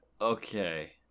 Okay